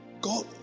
God